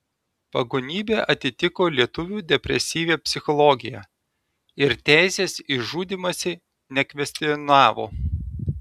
pagonybė atitiko lietuvių depresyvią psichologiją ir teisės į žudymąsi nekvestionavo